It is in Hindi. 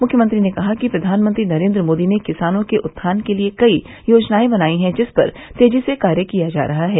मुख्यमंत्री ने कहा कि प्रधानमंत्री नरेन्द्र मोदी ने किसानों के उत्थान के लिए कई योजनायें बनायी हैं जिस पर तेजी से कार्य किया जा रहा है